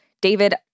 David